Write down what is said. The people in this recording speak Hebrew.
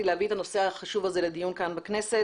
להביא את הנושא החשוב הזה לדיון כאן בכנסת,